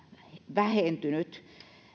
vähentynyt